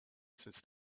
since